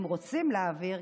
אם רוצים להעביר,